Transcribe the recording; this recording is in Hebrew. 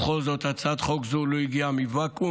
בכל זאת הצעת חוק זו לא הגיעה בוואקום,